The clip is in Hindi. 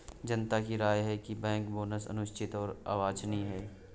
जनता की राय है कि बैंक बोनस अनुचित और अवांछनीय है